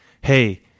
Hey